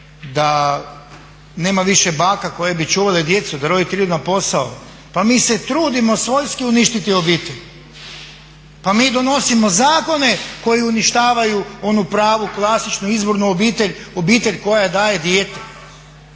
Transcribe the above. da nema više baka koje bi čuvale djecu da roditelji idu na posao. Pa mi se trudimo svojski uništiti obitelj, pa mi donosimo zakone koji uništavaju onu pravu klasičnu izvornu obitelj, obitelj koja daje dijete.